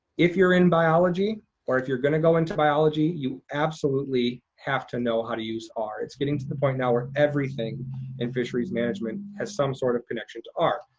if you're in biology or if you're gonna go into biology, you absolutely have to know how to use r. it's getting to the point now where everything in fisheries management has some sort of connection to r.